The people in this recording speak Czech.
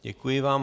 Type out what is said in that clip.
Děkuji vám.